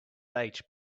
port